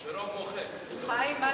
סעיף 1